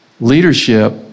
Leadership